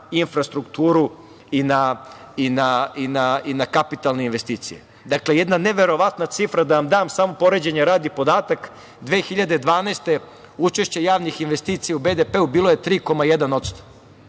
infrastrukturu i na kapitalne investicije. Dakle, jedna neverovatna cifra, da vam dam samo poređenja radi podatak, 2012. godine učešće javnih investicija u BDP bilo je 3,1%.